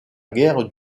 guerre